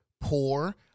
poor